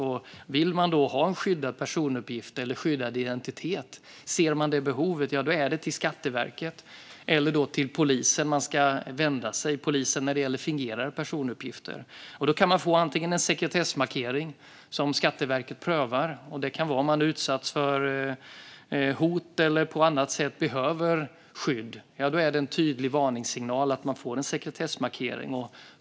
Om man vill ha en skyddad personuppgift eller en skyddad identitet och ser behovet av detta är det till Skatteverket eller till polisen man ska vända sig - till polisen när det gäller fingerade personuppgifter. Man kan då få en sekretessmarkering som Skatteverket prövar. Det kan gälla att man har utsatts för hot eller på annat sätt behöver skydd. Då är det en tydlig varningssignal att man får en sekretessmarkering.